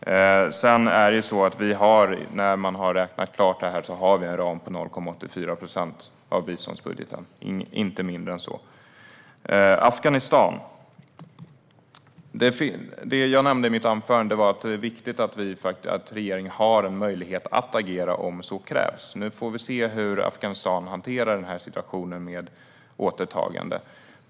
När vi har räknat klart på detta har vi en ram på 0,84 procent av biståndsbudgeten. Det är inte mindre än så. Så till Afghanistan. I mitt anförande sa jag att det är viktigt att regeringen har en möjlighet att agera om så krävs. Vi får se hur Afghanistan hanterar situationen med återtagandet.